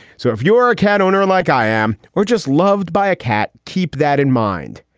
so if you're a cat owner like i am or just loved by a cat. keep that in mind.